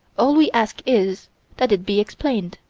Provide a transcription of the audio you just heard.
all we ask is that it be explained.